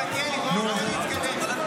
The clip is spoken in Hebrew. בוא נתקדם.